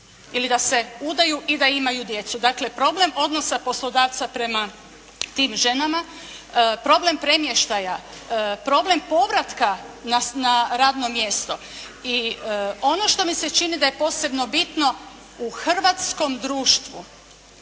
ili da se udaju i da imaju djecu. Dakle problem odnosa poslodavca prema tim ženama, problem premještaja, problem povratka na radno mjesto i ono što mi se čini da je posebno bitno u hrvatskom društvu